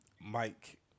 Mike